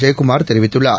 ஜெயக்குமார் தெரிவித்துள்ளார்